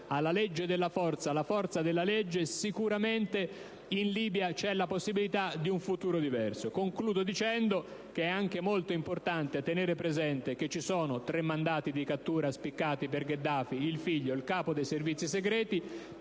alla legge della forza la forza della legge ci sarà in Libia la possibilità di un futuro diverso. Concludo dicendo che è anche molto importante tener presente che ci sono tre mandati di cattura spiccati contro Gheddafi, il figlio ed il capo dei servizi segreti;